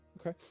Okay